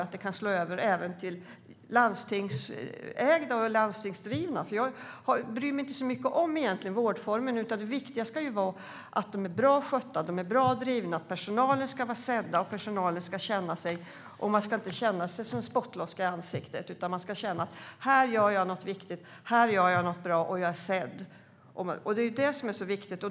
Detta kan nog slå över även till landstingsägda och landstingsdrivna. Jag bryr mig egentligen inte så mycket om vårdformen. Det viktiga ska vara att vårdcentralerna är bra skötta och bra drivna. Personalen ska vara sedd, och man ska inte känna det som att man får en spottloska i ansiktet. Man ska känna att man här gör något viktigt och bra och är sedd. Det är det som är så viktigt.